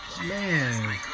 Man